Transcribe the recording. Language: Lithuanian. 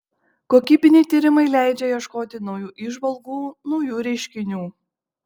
kokybiniai tyrimai leidžia ieškoti naujų įžvalgų naujų reiškinių